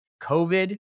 COVID